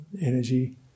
Energy